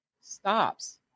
Stops